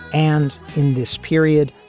and in this period,